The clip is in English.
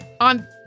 on